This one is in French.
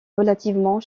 relativement